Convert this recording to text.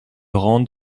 rand